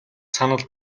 санал